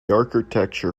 architecture